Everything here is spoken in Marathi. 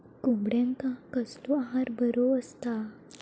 कोंबड्यांका कसलो आहार बरो असता?